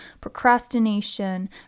procrastination